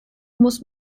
muss